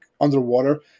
underwater